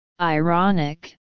ironic